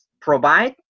provide